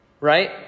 Right